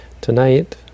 Tonight